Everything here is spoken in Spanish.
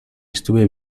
estuve